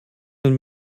ein